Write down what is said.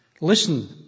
Listen